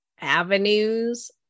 avenues